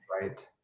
right